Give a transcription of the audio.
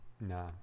No